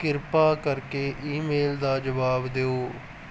ਕਿਰਪਾ ਕਰਕੇ ਈਮੇਲ ਦਾ ਜਵਾਬ ਦਿਓ